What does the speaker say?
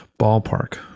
ballpark